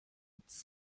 its